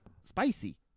spicy